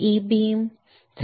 3 E beam बरोबर